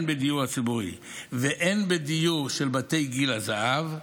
הן בדיור הציבורי והן בדיור של בתי גיל הזהב,